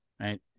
right